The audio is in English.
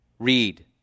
read